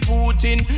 Putin